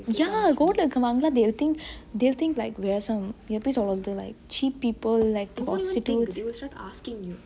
ya road ல இருக்கரவங்கெலா:le irukevaangelaa they'll think they'll think we're some that place all the like cheap people like prostitutes